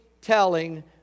telling